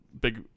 big